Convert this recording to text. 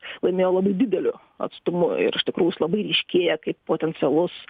laimėjo labai dideliu atstumu ir iš tikrųjų jis labai ryškėja kaip potencialus